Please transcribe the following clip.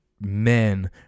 men